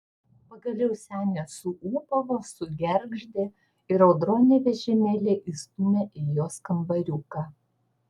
pagaliau senė suūbavo sugergždė ir audronė vežimėlį įstūmė į jos kambariuką